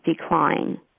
decline